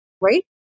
right